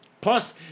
Plus